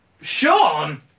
Sean